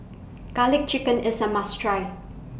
Garlic Chicken IS A must Try